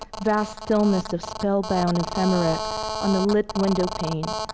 vast stillness of spellbound ephemerae and lit windowpane,